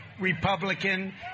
Republican